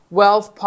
wealth